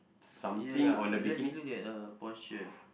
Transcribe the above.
ya ya let's look at uh posture